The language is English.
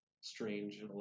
strange